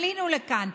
עלינו לכאן,